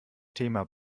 thema